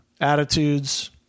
attitudes